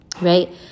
right